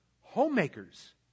homemakers